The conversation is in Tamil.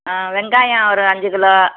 ஆ வெங்காயம் ஒரு அஞ்சு கிலோ